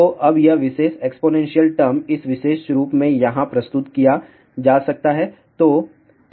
तो अब यह विशेष एक्स्पोनेंशियल टर्म इस विशेष रूप में यहां प्रस्तुत किया जा सकता है